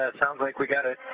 ah sounds like we but